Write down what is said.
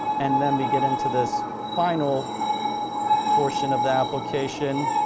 and then we get into this final portion of the application,